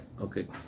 Okay